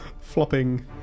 flopping